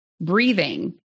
breathing